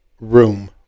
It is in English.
room